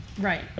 Right